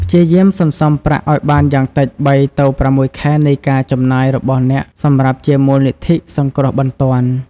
ព្យាយាមសន្សំប្រាក់ឱ្យបានយ៉ាងតិច ៣ ទៅ ៦ ខែនៃការចំណាយរបស់អ្នកសម្រាប់ជាមូលនិធិសង្គ្រោះបន្ទាន់។